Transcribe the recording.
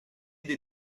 des